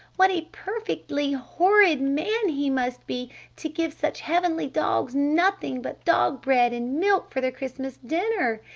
what a perfectly horrid man he must be to give such heavenly dogs nothing but dog-bread and milk for their christmas dinner.